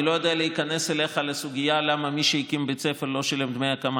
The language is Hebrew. אני לא יודע להיכנס אליך לסוגיה למה מי שהקים בית ספר לא שילם דמי הקמה.